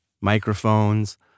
microphones